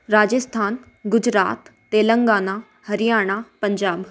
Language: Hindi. राजस्थान गुजरात तेलन्गाना हरियाणा पंजाब